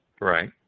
Right